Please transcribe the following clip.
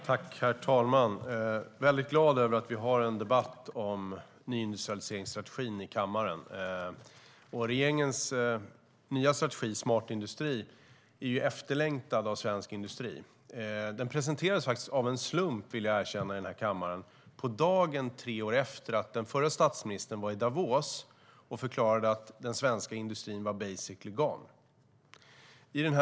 Herr talman! Det gläder mig att vi har en debatt om nyindustrialiseringsstrategin i kammaren. Regeringens nya strategi Smart industri är efterlängtad av svensk industri. Av en slump presenterades den i kammaren på dagen tre år efter det att den förre statsministern i Davos förklarade att den svenska industrin var "basically gone".